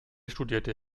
studierte